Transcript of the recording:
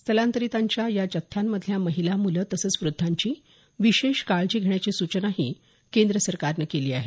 स्थलांतरितांच्या या जत्थ्यांमधल्या महिला मुलं तसंच वद्धांची विशेष काळजी घेण्याची सूचनाही केंद्र सरकारनं केली आहे